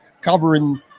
covering